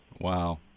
Wow